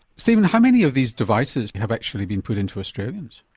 stephen, how many of these devices have actually been put into australians?